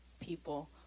people